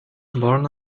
born